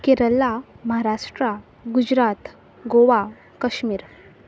Kerala Maharashtra Gujarat Goa Kashmir